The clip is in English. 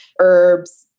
herbs